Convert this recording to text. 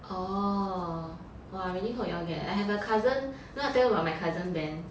orh !wah! really hope you all get I have a cousin you know I told you about my cousin ben